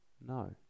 No